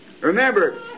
Remember